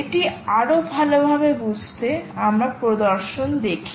এটি আরও ভালভাবে বুঝতে আমরা প্রদর্শন দেখি